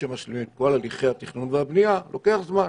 שמשלימים את כל הליכי התכנון והבנייה לוקח זמן.